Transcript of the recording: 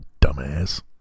dumbass